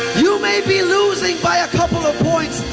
you may be losing by a couple of points,